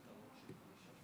בבקשה.